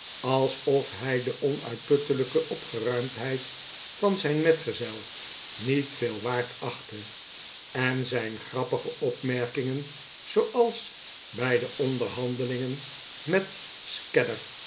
alsof hij de onuitputtelijke opgeruimdheid van zijn metgezel niet veel waard achtte en zijn grappige opmerkingen zooals bij de onderhandeling met